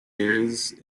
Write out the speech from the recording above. years